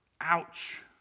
Ouch